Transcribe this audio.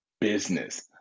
business